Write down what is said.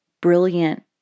brilliant